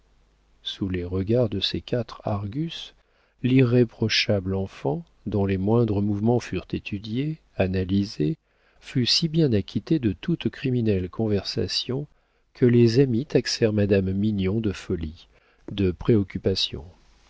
sous les regards de ces quatre argus l'irréprochable enfant dont les moindres mouvements furent étudiés analysés fut si bien acquittée de toute criminelle conversation que les amis taxèrent madame mignon de folie de préoccupation